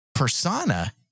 persona